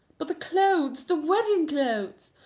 but the clothes, the wedding clothes!